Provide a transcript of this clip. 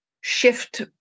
shift